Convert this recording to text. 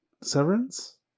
Severance